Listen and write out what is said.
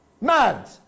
mad